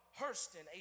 Hurston